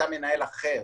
אתה מנהל אחרת.